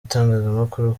itangazamakuru